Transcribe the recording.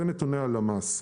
אלה נתוני הלמ"ס.